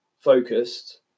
focused